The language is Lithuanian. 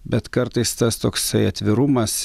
bet kartais tas toksai atvirumas